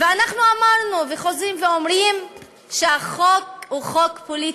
ואנחנו אמרנו וחוזרים ואומרים שהחוק הוא חוק פוליטי,